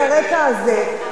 ואנחנו מגלים את זה,